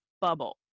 bubble